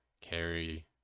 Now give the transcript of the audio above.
carry